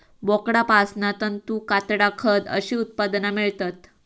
बोकडांपासना तंतू, कातडा, खत अशी उत्पादना मेळतत